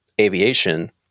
aviation